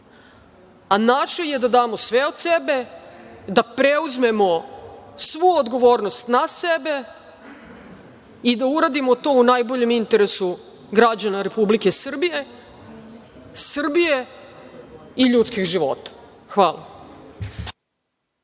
a naše je da damo sve od sebe, da preuzmemo svu odgovornost na sebe i da uradimo to u najboljem interesu građana Republike Srbije, Srbije i ljudskih života. Hvala.